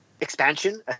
expansion